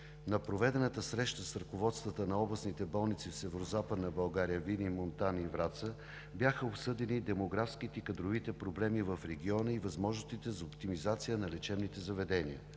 На проведената среща с ръководствата на областните болници в Северозападна България – Видин, Монтана и Враца, бяха обсъдени демографските и кадровите проблеми в региона и възможностите за оптимизация на лечебните заведения.